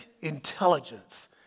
intelligence